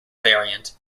variant